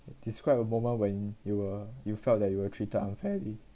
describe a moment when you were you felt that you were treated unfairly